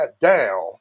down